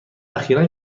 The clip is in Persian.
اخیرا